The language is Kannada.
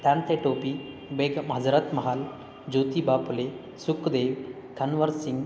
ತಾತ್ಯಾ ಟೋಪಿ ಬೇಗಂ ಹಜರತ್ ಮಹಲ್ ಜ್ಯೋತಿಬಾ ಫುಲೆ ಸುಖ್ದೇವ್ ಕನ್ವರ್ ಸಿಂಗ್